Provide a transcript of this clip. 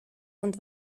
und